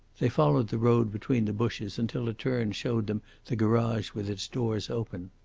they followed the road between the bushes until a turn showed them the garage with its doors open.